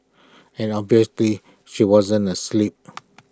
and obviously he wasn't asleep